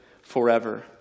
forever